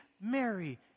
Mary